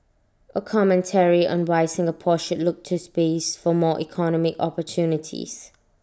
A commentary on why Singapore should look to space for more economic opportunities